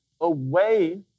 away